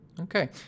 Okay